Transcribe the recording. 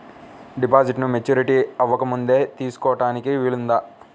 డిపాజిట్ను మెచ్యూరిటీ అవ్వకముందే తీసుకోటానికి వీలుందా?